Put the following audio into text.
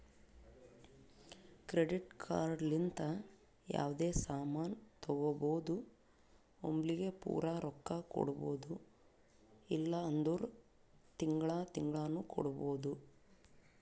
credit card ಲಿಂತ ಯಾವ್ದೇ ಸಾಮಾನ್ ತಗೋಬೋದು ಒಮ್ಲಿಗೆ ಪೂರಾ ರೊಕ್ಕಾ ಕೊಡ್ಬೋದು ಇಲ್ಲ ಅಂದುರ್ ತಿಂಗಳಾ ತಿಂಗಳಾನು ಕೊಡ್ಬೋದು